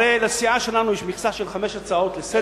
הרי לסיעה שלנו יש מכסה של חמש הצעות לסדר-היום.